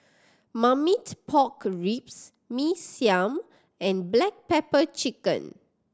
Marmite Pork Ribs Mee Siam and black pepper chicken